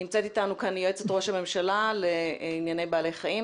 נמצאת איתנו כאן יועצת ראש הממשלה לענייני בעלי חיים,